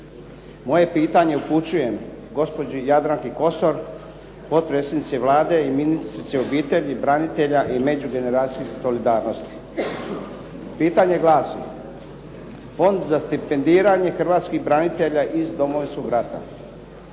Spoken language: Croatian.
Moje pitanje upućujem gospođi Jadranki Kosor, potpredsjednici Vlade i ministrici obitelji, branitelja i međugeneracijske solidarnosti. Pitanje glasi, Fond za stipendiranje Hrvatskih branitelja iz Domovinskog rata.